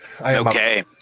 Okay